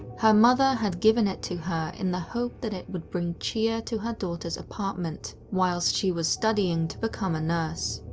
her mother had given it to her in the hope that it would bring cheer to her daughter's apartment whilst she was studying to become a nurse.